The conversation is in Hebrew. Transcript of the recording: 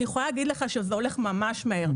אני יכולה להגיד לך שזה הולך ממש מהר.